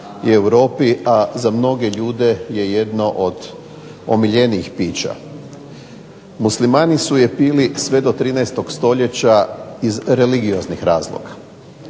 u Europi, a za mnoge ljude je jedno od omiljenijih pića. Muslimani su je pili sve do 13. stoljeća iz religioznih razloga.